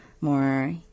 more